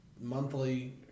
monthly